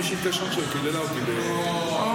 מישהי התקשרה עכשיו וקיללה אותי --- אוי,